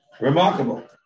remarkable